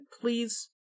please